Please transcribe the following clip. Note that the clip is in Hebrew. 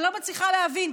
אני לא מצליחה להבין.